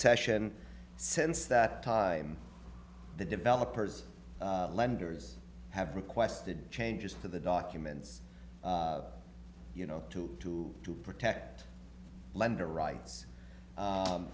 session sense that time the developers lenders have requested changes to the documents you know to do to protect lender rights